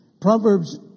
Proverbs